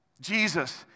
Jesus